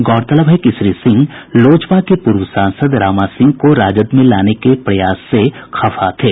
गौरतलब है कि श्री सिंह लोजपा के पूर्व सांसद रामा सिंह को राजद में लाने के प्रयास से खफा थे